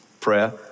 prayer